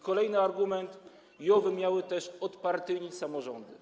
Kolejny argument: JOW-y miały też odpartyjnić samorządy.